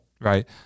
right